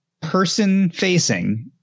person-facing